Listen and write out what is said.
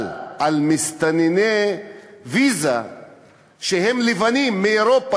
אבל על מסתנני ויזה שהם לבנים מאירופה,